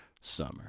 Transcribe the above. summer